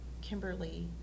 Kimberly